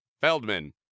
Feldman